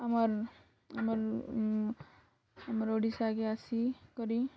ଆମର୍ ଆମର୍ ଆମର୍ ଓଡ଼ିଶାକେ ଆସି କରି